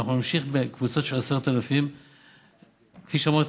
אנחנו נמשיך בקבוצות של 10,000. כפי שאמרתי,